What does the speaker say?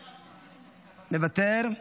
מוותר,